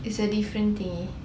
it's a different thingy